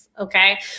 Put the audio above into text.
Okay